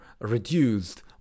reduced